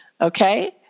Okay